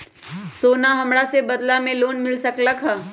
हमरा सोना के बदला में लोन मिल सकलक ह?